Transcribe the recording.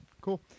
Cool